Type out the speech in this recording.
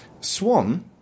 Swan